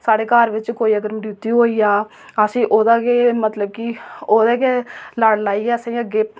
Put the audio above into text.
साढ़े घर बिच अगर कोई मृत्यु होई जा असें ओह्दा गै मतलब कि ओह्दा गै लड़ लाइयै अग्गें